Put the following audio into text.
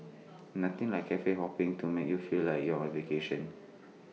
nothing like Cafe hopping to make you feel like you're on A vacation